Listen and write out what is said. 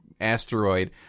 asteroid